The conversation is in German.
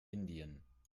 indien